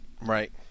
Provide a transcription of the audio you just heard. Right